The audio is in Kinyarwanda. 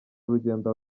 urugendo